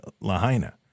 Lahaina